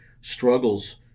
struggles